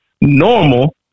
normal